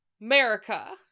America